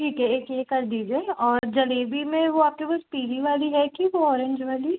ठीक है एक ये कर दीजिए और जलेबी में वो आपके पास पीली वाली है कि वो औरेंज वाली